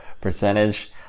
percentage